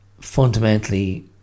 fundamentally